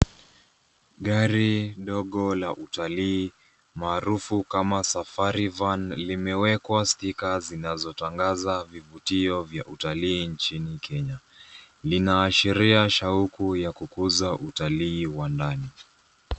Gari ndogo la utalii maarufu kama safari van limewekwa spika zinazotangaza vivutio vya utalii nchini Kenya. Linaashiria shauku ya kukuza utalii wa ndani.